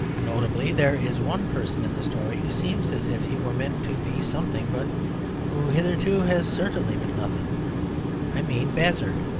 notably there is one person in the story who seems as if he were meant to be something, but who hitherto has certainly been nothing i mean bazzard,